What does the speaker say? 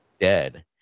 dead